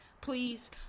please